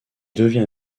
devient